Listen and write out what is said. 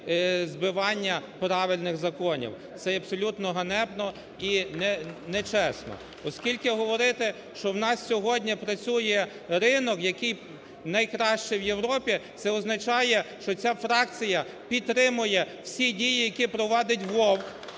збивання правильних законів. Це є абсолютно ганебно і нечесно. Оскільки говорити, що в нас сьогодні працює ринок, який найкращий в Європі, це означає, що ця фракція підтримує всі дії, які провадить Вовк,